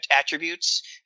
attributes